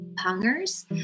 hungers